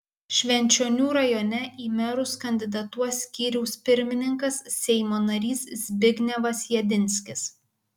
švenčionių rajone į merus kandidatuos skyriaus pirmininkas seimo narys zbignevas jedinskis